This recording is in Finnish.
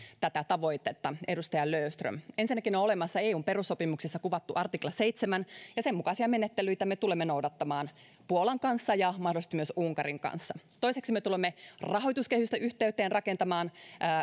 tätä tavoitetta edustaja löfström ensinnäkin on olemassa eun perussopimuksessa kuvattu artikla seitsemän ja sen mukaisia menettelyitä me tulemme noudattamaan puolan kanssa ja mahdollisesti myös unkarin kanssa toiseksi me tulemme rahoituskehysten yhteyteen rakentamaan